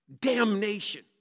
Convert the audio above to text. Damnation